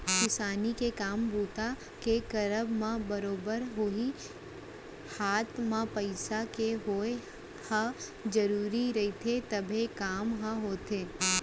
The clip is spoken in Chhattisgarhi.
किसानी के काम बूता के करब म बरोबर होही हात म पइसा के होवइ ह जरुरी रहिथे तभे काम ह होथे